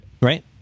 Right